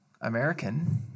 American